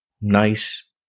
nice